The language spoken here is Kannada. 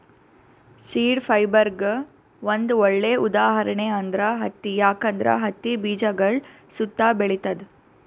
ಸೀಡ್ ಫೈಬರ್ಗ್ ಒಂದ್ ಒಳ್ಳೆ ಉದಾಹರಣೆ ಅಂದ್ರ ಹತ್ತಿ ಯಾಕಂದ್ರ ಹತ್ತಿ ಬೀಜಗಳ್ ಸುತ್ತಾ ಬೆಳಿತದ್